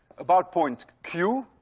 about point q.